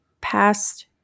past